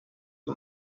che